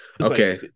okay